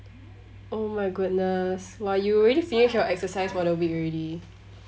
oh my goodness !wah! you already finish your exercise for the week already